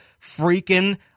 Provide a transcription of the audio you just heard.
freaking